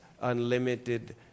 unlimited